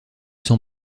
sont